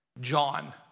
John